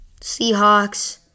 Seahawks